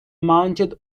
mounted